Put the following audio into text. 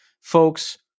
folks